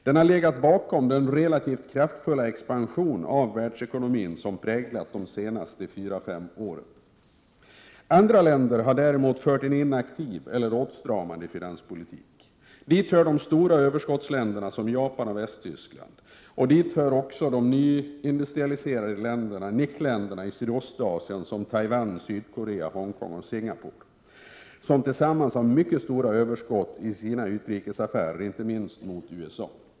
Den har legat bakom den relativt kraftfulla expansion av världsekonomin som har präglat de senaste fyra fem åren. Andra länder har däremot fört en inaktiv eller åtstramande finanspolitik. Dit hör de stora överskottsländerna som Japan och Västtyskland och dit hör också NIC-länder — dvs. nyindustrialiserade länder — i Sydostasien som Taiwan, Sydkorea, Hongkong och Singapore, som tillsammans har mycket stora överskott i sina utrikesaffärer, inte minst mot USA.